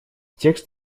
текст